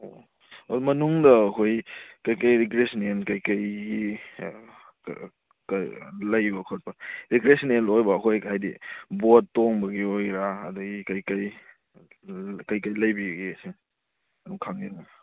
ꯑꯣ ꯑꯗꯣ ꯃꯅꯨꯡꯗ ꯑꯩꯈꯣꯏ ꯀꯩꯀꯩ ꯔꯤꯀ꯭ꯔꯤꯌꯦꯁꯟꯅꯦꯜ ꯀꯩꯀꯩ ꯂꯩꯕ ꯈꯣꯠꯄ ꯔꯤꯀ꯭ꯔꯤꯌꯦꯁꯟꯅꯦꯜ ꯑꯣꯏꯕ ꯑꯩꯈꯣꯏꯒꯤ ꯍꯥꯏꯗꯤ ꯕꯣꯠ ꯇꯣꯡꯕꯒꯤ ꯑꯣꯏꯒꯦꯔꯥ ꯑꯗꯩ ꯀꯔꯤ ꯀꯔꯤ ꯀꯩꯀꯩ ꯂꯩꯕꯤꯒꯦ ꯁꯤꯅꯤ ꯑꯝ ꯈꯪꯖꯅꯤꯡꯉꯤ